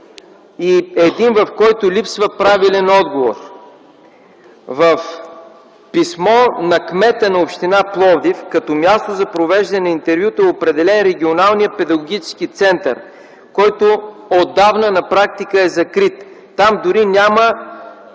и един, в който липсва правилен отговор. В писмо на кмета на Община Пловдив като място за провеждане на интервюто е определен Регионалният педагогически център, който отдавна на практика е закрит. Там няма